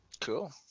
Cool